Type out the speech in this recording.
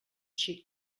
xic